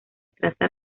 traza